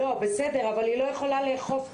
בסדר, אבל היא לא יכולה לאכוף.